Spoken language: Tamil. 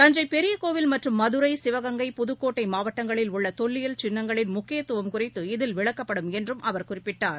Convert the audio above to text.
தஞ்சை பெரிய கோவில் மற்றம் மதுரை சிவகங்கை புதுக்கோட்டை மாவட்டங்களில் உள்ள தொல்லியல் சின்னங்களின் முக்கியத்துவம் குறித்து இதில் விளக்கப்படும் என்றும் அவர் குறிப்பிட்டார்